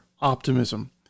optimism